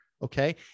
Okay